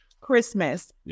Christmas